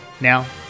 Now